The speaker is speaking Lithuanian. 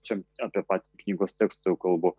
čia apie patį knygos tekstą jau kalbu